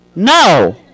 No